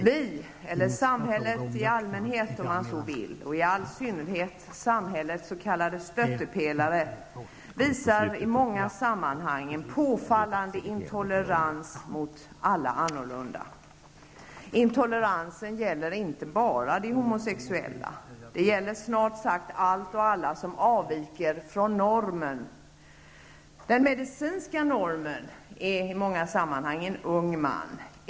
Vi, eller samhället i allmänhet, om man så vill, och i all synnerhet samhällets s.k. stöttepelare, visar i många sammanhang en påfallande intolerans mot alla annorlunda. Intoleransen gäller inte bara de homosexuella. Den gäller snart sagt allt och alla som avviker från ''normen''. Den medicinska normen är en ung man.